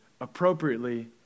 appropriately